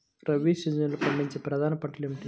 రబీ సీజన్లో పండించే ప్రధాన పంటలు ఏమిటీ?